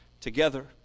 together